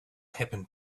happened